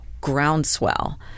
groundswell